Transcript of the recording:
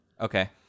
okay